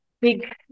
big